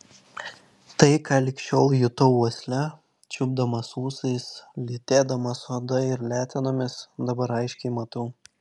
tai ką lig šiol jutau uosle čiuopdamas ūsais lytėdamas oda ir letenomis dabar aiškiai matau